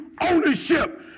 ownership